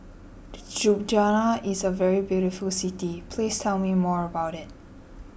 Ljubljana is a very beautiful city please tell me more about it